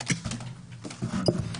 בבקשה.